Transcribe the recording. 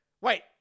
Wait